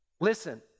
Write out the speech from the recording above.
Listen